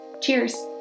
Cheers